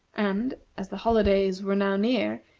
and, as the holidays were now near,